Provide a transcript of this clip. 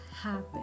happen